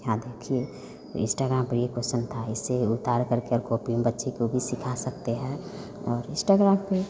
यहाँ देखिए इस्टाग्राम पर ये कोस्चन था इसे उतारकर कर कॉपी में बच्चे को भी सिखा सकते हैं और इंस्टाग्राम पर